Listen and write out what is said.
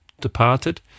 departed